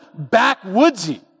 backwoodsy